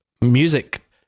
music